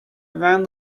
around